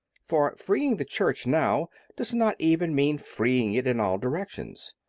for freeing the church now does not even mean freeing it in all directions.